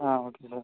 ah okay sir